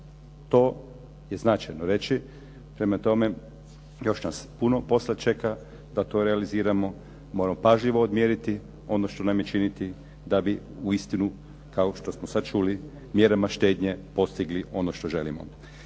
To je značajno reći. Prema tome, još nas puno posla čeka da to realiziramo, moramo pažljivo odmjeriti ono što nam je činiti da bi uistinu kao što smo sad čuli mjerama štednje postigli ono što želimo.